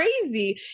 crazy